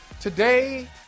today